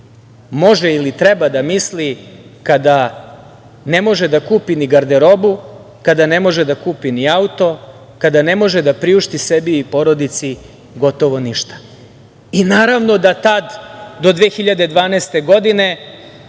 može ili treba da misli kada ne može da kupi ni garderobu, kada ne može da kupi ni auto, kada ne može da priušti sebi i porodici gotovo ništa? Naravno da tada do 2012. godine,